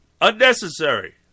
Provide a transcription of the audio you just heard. unnecessary